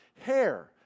hair